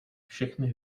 všechny